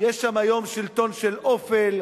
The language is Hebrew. יש שם היום שלטון של אופל,